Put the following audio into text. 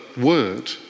Word